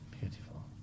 beautiful